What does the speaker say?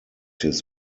his